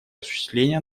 осуществления